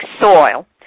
soil